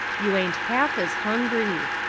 you ain't half as hungry.